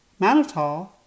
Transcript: mannitol